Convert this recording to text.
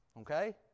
okay